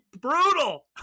brutal